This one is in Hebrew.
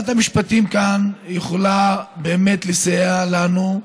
שרת המשפטים יכולה באמת לסייע לנו כאן.